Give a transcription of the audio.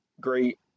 great